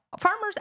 farmers